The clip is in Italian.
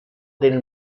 del